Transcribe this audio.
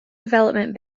development